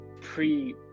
pre